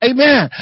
Amen